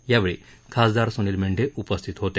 यावेळी खासदार सुनिल मेंढे उपस्थित होते